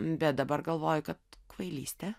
bet dabar galvoju kad kvailystė